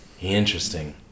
interesting